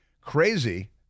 Crazy